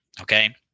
Okay